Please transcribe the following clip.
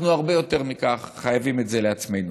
אנחנו הרבה יותר מכך חייבים את זה לעצמנו.